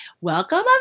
Welcome